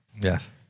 Yes